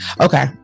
okay